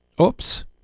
Oops